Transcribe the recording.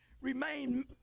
remain